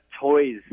toys